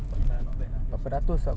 okay lah not bad lah hundred sixty